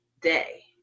day